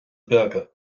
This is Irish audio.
beaga